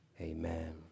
amen